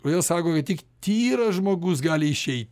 kodėl sako tik tyras žmogus gali išeiti